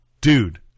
Dude